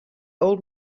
old